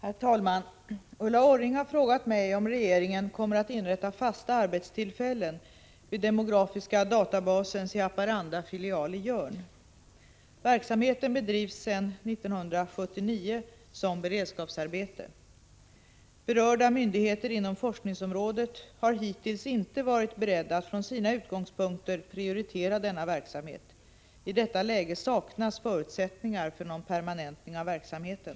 Herr talman! Ulla Orring har frågat mig om regeringen kommer att inrätta fasta arbetstillfällen vid demografiska databasens i Haparanda filial i Jörn. Verksamheten bedrivs sedan 1979 som beredskapsarbete. Berörda myndigheter inom forskningsområdet har hittills inte varit beredda att från sina utgångspunkter prioritera denna verksamhet. I detta läge saknas förutsättningar för någon permanentning av verksamheten.